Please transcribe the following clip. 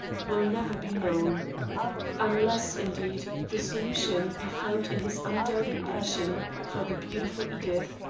will never be known unless, indeed, the solution be found in his undoubted passion for the beautiful edith,